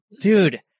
dude